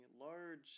large